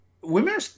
Women